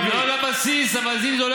הבסיס, מה לא נכון?